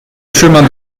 chemin